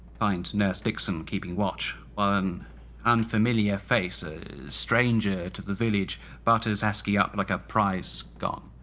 find nurse dixon keeping watch, while an unfamiliar face a stranger to the village butters askey up like a prize scone.